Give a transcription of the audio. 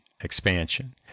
expansion